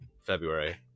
February